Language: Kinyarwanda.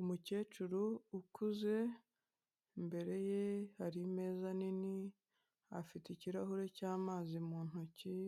Umukecuru ukuze imbere ye hari imeza nini, afite ikirahure cy'amazi mu ntoki,